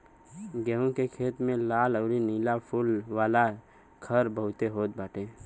गेंहू के खेत में लाल अउरी नीला फूल वाला खर बहुते होत बाटे